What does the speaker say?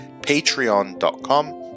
patreon.com